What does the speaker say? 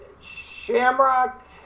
Shamrock